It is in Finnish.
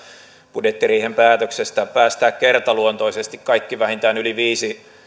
budjettiriihen päätöksestä päästää kertaluontoisesti kaikki vähintään yli viisi